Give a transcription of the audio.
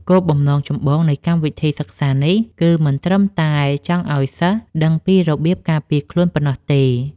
គោលបំណងចម្បងនៃកម្មវិធីសិក្សានេះ គឺមិនត្រឹមតែចង់ឱ្យសិស្សដឹងពីរបៀបការពារខ្លួនប៉ុណ្ណោះទេ។